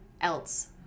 else